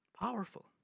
Powerful